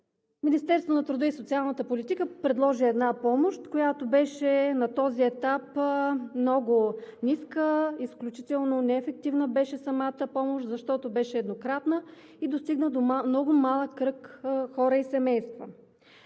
Министерството на труда и социалната политика предложи една помощ, която беше на този етап много ниска, изключително неефективна беше самата помощ, защото беше еднократна и достигна до много малък кръг хора и семейства.